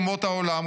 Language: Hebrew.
אומות העולם,